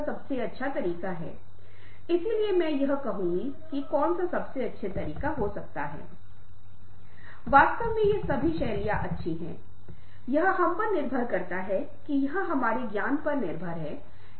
यह soft skills के एक बहुत ही महत्वपूर्ण घटक के रूप में प्रासंगिक है एक बहुत ही तथ्य जो आप कर रहे हैं इस इंटरनेट कोर्स का एक हिस्सा है और आप असाइनमेंट्स को पूरा कर रहे हैं सीखने की बातचीत करते हुए हमें बताता है कि आप कंप्यूटर और तकनीकी साक्षरता में काफी सक्षम हैं